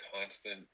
constant